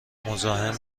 مزاحم